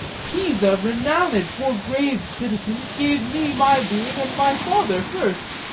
pisa, renowned for grave citizens, gave me my being and my father first,